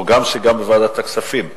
או שגם בוועדת הכספים?